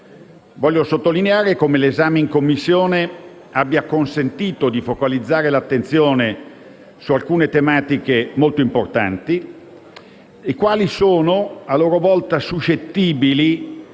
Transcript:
Vorrei sottolineare come l'esame in Commissione abbia consentito di focalizzare l'attenzione su alcune tematiche molto importanti, le quali sono a loro volta suscettibili